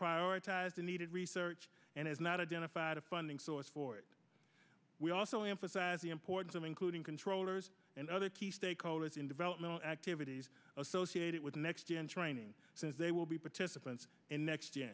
prioritized the needed research and is not identified a funding source for it we also emphasize the importance of including controllers and other key stakeholders in developmental activities associated with next year in training so they will be participants in next year